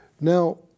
Now